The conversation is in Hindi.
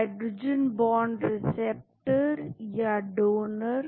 हाइड्रोजन बांड एक्सेप्टर या डोनर